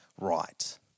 right